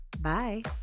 Bye